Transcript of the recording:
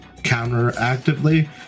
counteractively